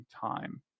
time